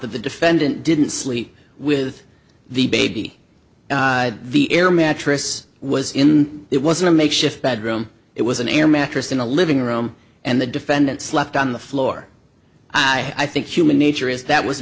that the defendant didn't sleep with the baby the air mattress was in it wasn't a makeshift bedroom it was an air mattress in the living room and the defendant slept on the floor i think human nature is that was